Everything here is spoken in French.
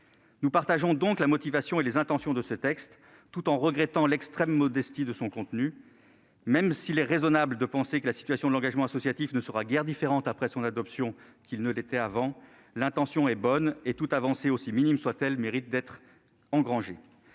Nous partageons donc la motivation et les intentions de ce texte, tout en regrettant l'extrême modestie de son contenu. Même s'il est raisonnable de penser que la situation de l'engagement associatif ne sera guère différente après son adoption, l'intention est bonne : toute avancée, aussi minime soit-elle, mérite d'être engrangée